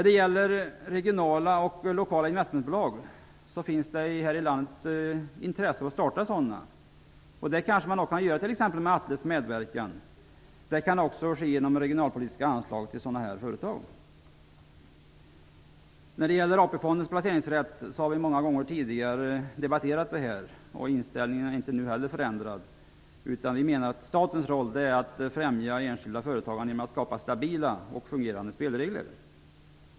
Det finns här i landet intresse för att starta regionala och lokala investmentbolag. Det kanske man kan göra med t.ex. Atles medverkan. Det kan också ske genom regionalpolitiska anslag till sådana företag. AP-fondens placeringsrätt har vi många gånger tidigare debatterat. Inställningen är inte förändrad nu heller. Vi menar att statens roll är att främja det enskilda företagandet genom att skapa stabila och fungerande spelregler.